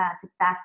success